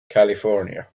california